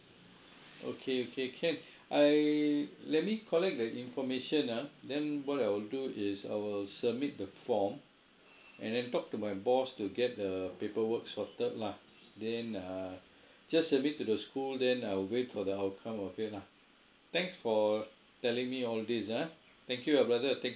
okay okay can I let me collect the information ah then what I will do is I will submit the form and then talk to my boss to get the paperwork sorted lah then err just submit to the school then I'll wait for the outcome of it lah thanks for telling me all these ah thank you ah brother thank